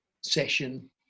session